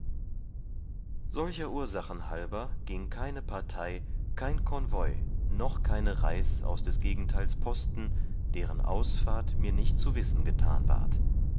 solcher ursachen halber gieng keine partei keine konvoi noch keine reis aus des gegenteils posten deren ausfahrt mir nicht zu wissen getan ward